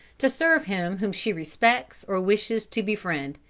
to serve him whom she respects or wishes to befriend.